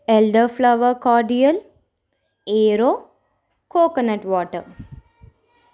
elderflower cordial aero coconut water